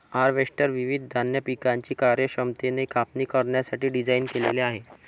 harvester विविध धान्य पिकांची कार्यक्षमतेने कापणी करण्यासाठी डिझाइन केलेले आहे